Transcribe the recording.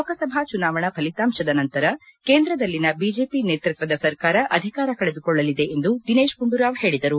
ಲೋಕಸಭಾ ಚುನಾವಣಾ ಫಲಿತಾಂಶದ ನಂತರ ಕೇಂದ್ರದಲ್ಲಿನ ಬಿಜೆಪಿ ನೈತೃತ್ವದ ಸರ್ಕಾರ ಅಧಿಕಾರ ಕಳೆದುಕೊಳ್ಳಲಿದೆ ಎಂದು ದಿನೇಶ್ ಗುಂಡೂರಾವ್ ಹೇಳಿದರು